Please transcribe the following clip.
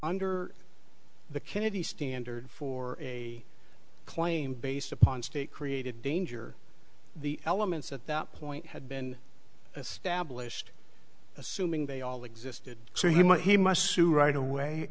under the kennedy standard for a claim based upon state created danger the elements at that point had been established assuming they all existed so he might he must sue right away